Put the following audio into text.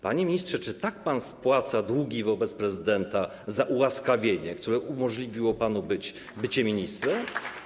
Panie ministrze, czy tak pan spłaca długi wobec prezydenta za ułaskawienie, które umożliwiło panu bycie ministrem?